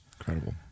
Incredible